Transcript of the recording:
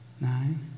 Nine